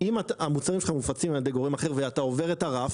אם המוצרים שלך מופצים על ידי גורם אחר ואתה עובר את הרף.